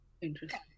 Interesting